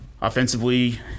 Offensively